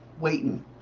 waiting